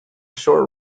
short